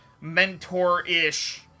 mentor-ish